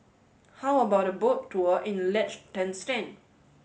how about a boat tour in Liechtenstein